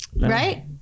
right